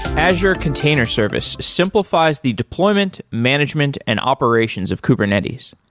azure container service simplifies the deployment, management and operations of kubernetes.